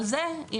על זה.